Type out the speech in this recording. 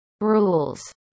rules